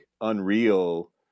unreal